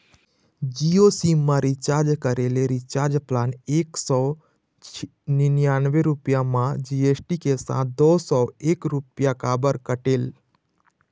Jio sim मा recharge करे ले रिचार्ज प्लान एक सौ निन्यानबे रुपए मा जी.एस.टी के साथ दो सौ एक रुपया काबर कटेल?